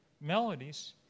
melodies